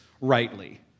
rightly